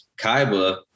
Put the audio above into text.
Kaiba